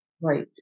right